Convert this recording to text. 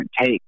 take